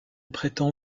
prétend